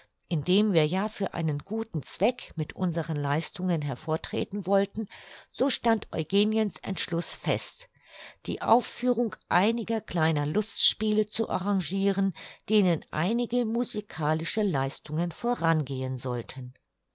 indem wir ja für einen guten zweck mit unseren leistungen hervortreten wollten so stand eugeniens entschluß fest die aufführung einiger kleinen lustspiele zu arrangiren denen einige musikalischen leistungen vorangehen sollten